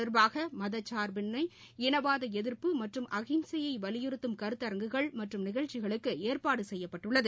தொடர்பாகமதச்சார்பின்மை இனவாதஎதிர்ப்பு மற்றும் அகிம்சையைவலியுறுத்தும் இது கருத்தரங்குகள் மற்றும் நிகழ்ச்சிகளுக்குஏற்பாடுசெய்யப்பட்டுள்ளது